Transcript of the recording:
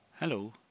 Hello